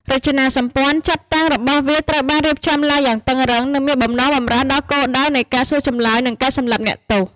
រចនាសម្ព័ន្ធចាត់តាំងរបស់វាត្រូវបានរៀបចំឡើងយ៉ាងតឹងរ៉ឹង និងមានបំណងបម្រើដល់គោលដៅនៃការសួរចម្លើយ និងការសម្លាប់អ្នកទោស។